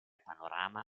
panorama